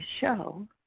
show